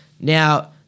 Now